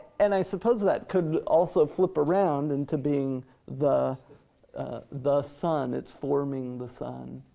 and i suppose that could also flip around into being the the sun, it's forming the sun